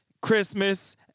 Christmas